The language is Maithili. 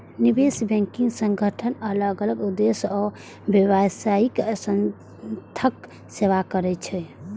निवेश बैंकिंग संगठन अलग अलग उद्देश्य आ व्यावसायिक संस्थाक सेवा करै छै